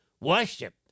worship